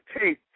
take